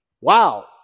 Wow